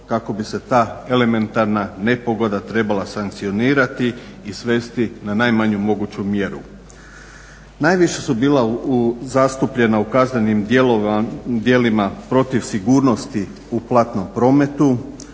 kako bi se ta elementarna nepogoda trebala sankcionirati i svesti na najmanju moguću mjeru. Najviše su bila zastupljena u kaznenim djelima protiv sigurnosti u platnom prometu.